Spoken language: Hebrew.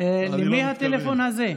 של מי הטלפון הזה?